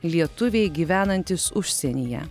lietuviai gyvenantys užsienyje